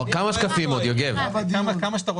כמה שקפים יש לך עוד, יוגב?